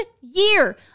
year